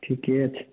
ठीके छै